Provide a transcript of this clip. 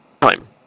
Time